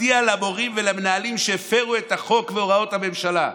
מצדיע למורים ולמנהלים שהפרו את החוק והוראות הממשלה".